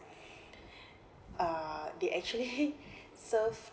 uh they actually serve